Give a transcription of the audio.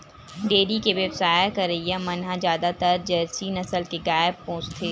dairy के बेवसाय करइया मन ह जादातर जरसी नसल के गाय पोसथे